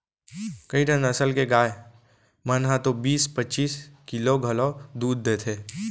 कइठन नसल के गाय मन ह तो बीस पच्चीस किलो घलौ दूद देथे